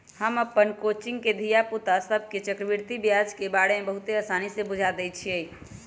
हम अप्पन कोचिंग के धिया पुता सभके चक्रवृद्धि ब्याज के बारे में बहुते आसानी से बुझा देइछियइ